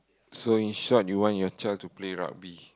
so in short you want your child to play rugby